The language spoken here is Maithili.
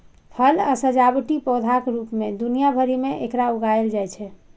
फल आ सजावटी पौधाक रूप मे दुनिया भरि मे एकरा उगायल जाइ छै